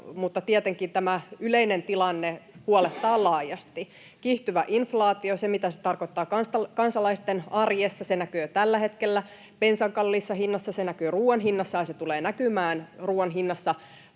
tietenkin tämä yleinen tilanne huolettaa laajasti. Se, mitä kiihtyvä inflaatio tarkoittaa kansalaisten arjessa, näkyy jo tällä hetkellä bensan kalliissa hinnassa, se näkyy ruuan hinnassa ja se tulee näkymään ruuan hinnassa